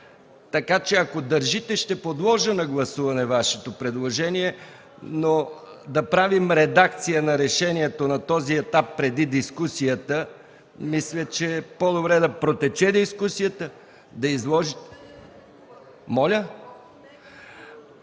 Така че, ако държите, ще подложа на гласуване Вашето предложение, но да правим редакция на решението на този етап преди дискусията, мисля, че е по-добре да протече дискусията, да